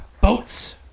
boats